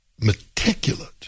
meticulous